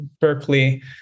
berkeley